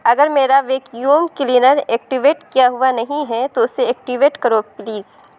اگر میرا vacuum cleaner activate کیا ہوا نہیں ہے تو اسے ایکٹویٹ کرو پلیز